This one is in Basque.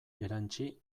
erantsi